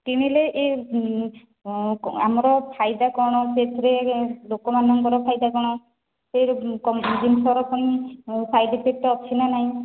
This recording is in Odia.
କିଣିଲେ ଏ ଆମର ଫାଇଦା କ'ଣ ସେଥିରେ ଲୋକମାନଙ୍କର ଫାଇଦା କ'ଣ ସେ ଜିନିଷର ପୁଣି ସାଇଡ଼୍ ଇଫେକ୍ଟ୍ ଅଛି ନା ନାହିଁ